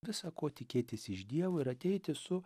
visa ko tikėtis iš dievo ir ateiti su